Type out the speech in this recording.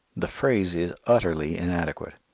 the phrase is utterly inadequate.